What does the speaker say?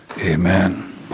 Amen